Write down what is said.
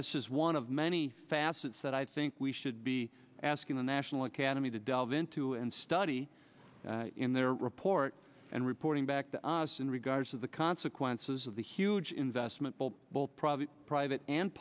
that's just one of many facets that i think we should be asking the national academy to delve into and study in their report and reporting back to us in regards to the consequences of the huge investment bill both private